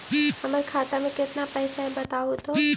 हमर खाता में केतना पैसा है बतहू तो?